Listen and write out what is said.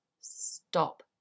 stop